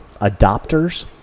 adopters